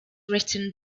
written